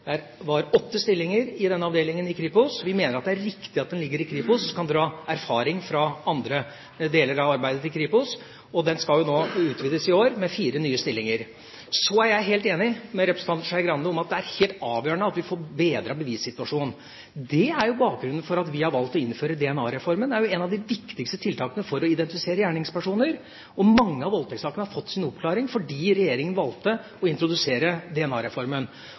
åtte stillinger i den avdelingen i Kripos. Vi mener at det er riktig at den ligger i Kripos og kan dra erfaring fra andre deler av arbeidet til Kripos. Den skal utvides i år med fire nye stillinger. Så er jeg helt enig med representanten Skei Grande i at det er helt avgjørende at vi får bedret bevissituasjonen. Det er bakgrunnen for at vi har valgt å innføre DNA-reformen. Det er jo et av de viktigste tiltakene for å identifisere gjerningspersoner, og mange av voldtektssakene har fått sin oppklaring fordi regjeringa valgte å introdusere